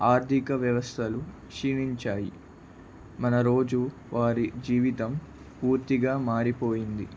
ఆర్థిక వ్యవస్థలు క్షీణించాయి మన రోజవారీ జీవితం పూర్తిగా మారిపోయింది